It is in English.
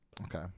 Okay